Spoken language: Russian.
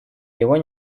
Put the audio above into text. его